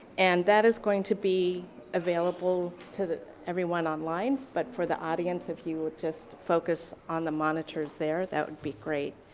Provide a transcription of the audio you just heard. and that is going to be available to everyone online but for the audience, if you would just focus on the monitors there that would be great.